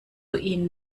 ihn